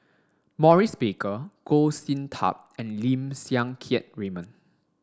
Maurice Baker Goh Sin Tub and Lim Siang Keat Raymond